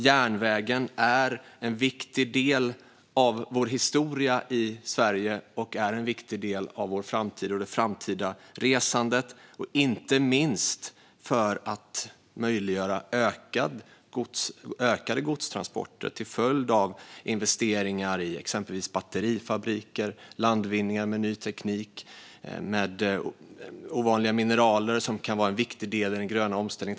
Järnvägen är en viktig del av vår historia i Sverige och en viktig del av vår framtid och det framtida resandet, inte minst för att möjliggöra ökade godstransporter till följd av investeringar i exempelvis batterifabriker och landvinningar med ny teknik och ovanliga mineral som kan vara en viktig del i den gröna omställningen.